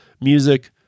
Music